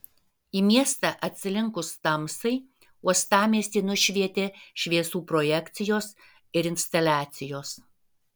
į miestą atslinkus tamsai uostamiestį nušvietė šviesų projekcijos ir instaliacijos